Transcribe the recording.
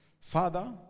father